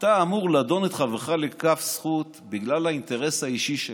אתה אמור לדון את חברך לכף זכות בגלל האינטרס האישי שלך.